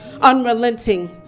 unrelenting